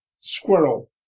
squirrel